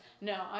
no